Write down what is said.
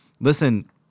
listen